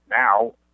now